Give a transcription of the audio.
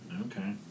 okay